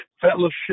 fellowship